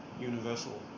universal